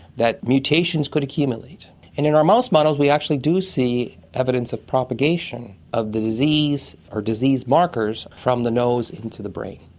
that mutations could accumulate? and in our mouse models we actually do see evidence of propagation of the disease or disease markers from the nose into the brain.